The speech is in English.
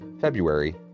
February